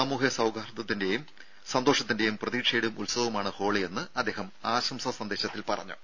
സാമൂഹ്യ സൌഹാർദത്തിന്റെയും സന്തോഷത്തിന്റെയും പ്രതീക്ഷയുടെയും ഉത്സവമാണ് ഹോളി എന്ന് അദ്ദേഹം ആശംസാ സന്ദേശത്തിൽ പറഞ്ഞു